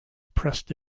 pressed